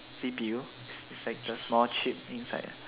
C_P_U it's like the small chip inside